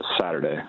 Saturday